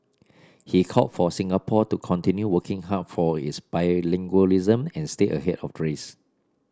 he called for Singapore to continue working hard for its bilingualism and stay ahead of race